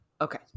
okay